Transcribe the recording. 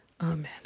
Amen